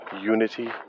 unity